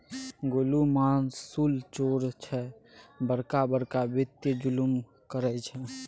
गोलु मासुल चोर छै बड़का बड़का वित्तीय जुलुम करय छै